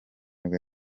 nibwo